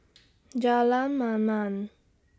Jalan Mamam